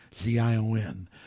Z-I-O-N